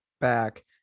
back